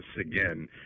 again